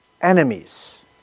enemies